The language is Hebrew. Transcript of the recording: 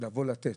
אלא לבוא לתת